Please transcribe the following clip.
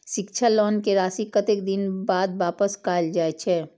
शिक्षा लोन के राशी कतेक दिन बाद वापस कायल जाय छै?